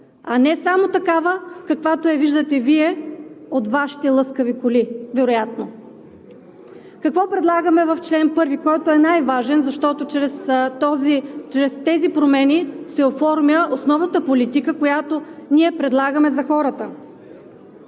а не само такава, каквато я виждате вероятно Вие от Вашите лъскави коли. Какво предлагаме в чл. 1, който е най-важен, защото чрез тези промени се оформя основната политика, която ние предлагаме за хората?